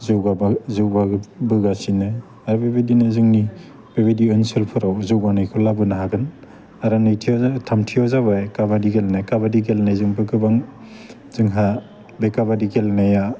जौगाबाय जौगाबोगासिनो आरो बेबायदिनो जोंनि बेबायदि ओनसोलफोराव जौगानायखौ लाबोनो हागोन आरो नैथियाव थामथियाव जाबाय काबादि गेलेनाय काबादि गेलेनायजोंबो गोबां जोंहा बे काबादि गेलेनाया